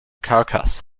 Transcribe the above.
carcass